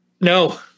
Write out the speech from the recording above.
No